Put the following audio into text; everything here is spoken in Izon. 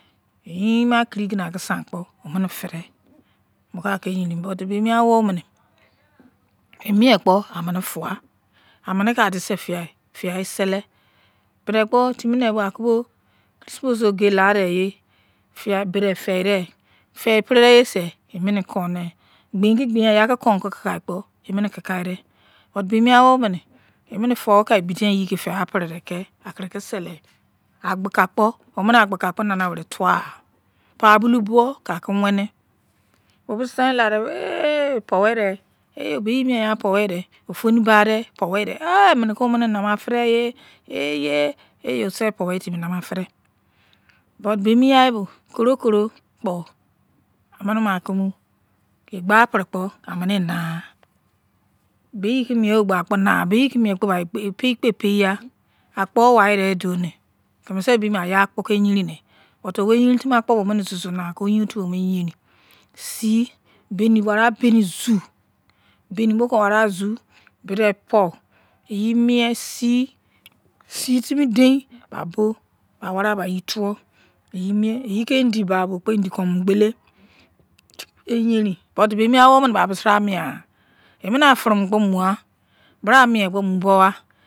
Oyein ma kingina kingin ki sain kpo omini fides mukai iki esgerin timu mei but toimii a wuming enmiekpo amini fuwa fingar sele trinni nei sai ba bo kivisimsisi kinisimsisi ogei taideinja, beder ferdér fer epre dengese emisini kau nei gbiein kein gbain jai yeu kpo kon ati kikas tapo emini ini kikaider but beniseri awomine emine for mai abidein fer fei aki apiri dein keir sele agbuka kpo omini agbuka kpo nanawei tuwagha pabulu buwo kon aki wein dorusein time mei beijer mia que puwér der beyon of oni bakpo puwertee ch mimiki fidérgon osisei puwer nima fidei benings boi gmini nima aki nima epo elimu gbatis kpo kovo kuro kро ghe amini anai enaighe bayei ke mne ge ki ogba kpo naigha epei kpo epei gha akpo wai deine douni yo kemi seisei anjakpo ki egerin nei weigerin tumi akpo me omini zuza nai wei eyein ofun bo wo legerin sii, bent klavau beni zu beni bo kpo warav zu bedei pou jaimine sic, sil timi dein ba bo ba wa vi pa jituaro yoi quie ayein ke indi foil bo kpo indi kon uw gbile egain but launis ba besibra mie gha emini afuro nu kpo mugha faro mu kpo mudouwagha.